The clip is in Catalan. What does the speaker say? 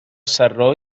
sarró